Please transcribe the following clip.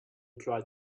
tried